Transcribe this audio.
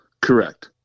correct